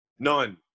None